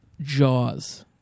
Jaws